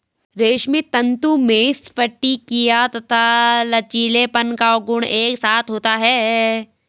रेशमी तंतु में स्फटिकीय तथा लचीलेपन का गुण एक साथ होता है